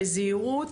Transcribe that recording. בזהירות,